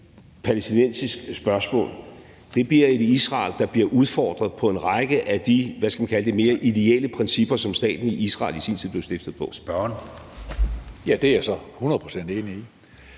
palæstinensisk spørgsmål, bliver et Israel, der bliver udfordret på en række af de, hvad skal man kalde det, mere ideelle principper, som staten Israel i sin tid blev stiftet på. Kl. 20:00 Anden